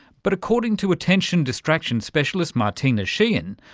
but according to attention distraction specialist martina sheehan,